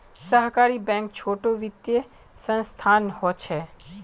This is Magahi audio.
सहकारी बैंक छोटो वित्तिय संसथान होछे